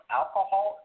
alcohol